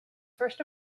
first